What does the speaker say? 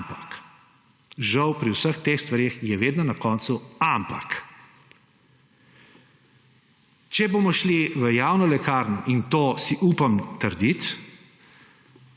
Ampak. Žal je pri vseh teh stvareh vedno na koncu ampak. Če bomo šli v javno lekarno, in to si upam trditi,